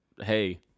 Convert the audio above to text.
hey